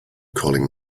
calling